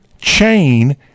chain